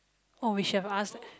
oh we should have asked